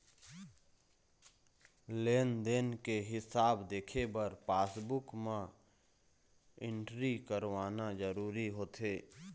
लेन देन के हिसाब देखे बर पासबूक म एंटरी करवाना जरूरी होथे